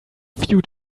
future